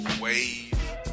wave